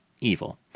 evil